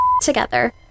together